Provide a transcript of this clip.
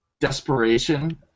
desperation